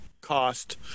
cost